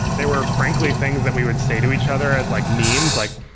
they were frankly things that we would say to each other as like memes like,